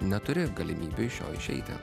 neturi galimybių iš jo išeiti